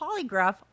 polygraph